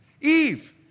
Eve